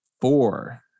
Four